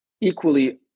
equally